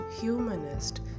Humanist